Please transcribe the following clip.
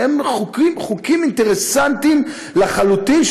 חוקים אינטרסנטיים לחלוטין,